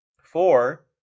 Four